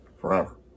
forever